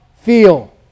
feel